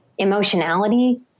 emotionality